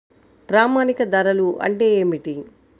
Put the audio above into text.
ప్రామాణిక ధరలు అంటే ఏమిటీ?